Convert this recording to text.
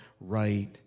right